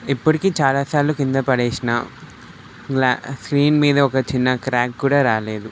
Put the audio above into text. ఇప్పటికీ చాలాసార్లు కింద పడేసినా ల స్క్రీన్ ఒక మీద చిన్నా క్ర్యాక్ కూడా రాలేదు